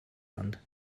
land